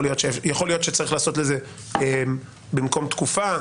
יכול להיות שצריך לעשות לזה במקום תקופה,